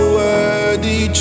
worthy